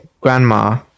grandma